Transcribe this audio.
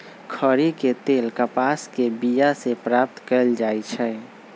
खरि के तेल कपास के बिया से प्राप्त कएल जाइ छइ